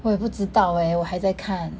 我也不知道 eh 我还在看